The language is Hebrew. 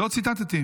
לא ציטטתי.